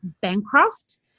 Bancroft